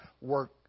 work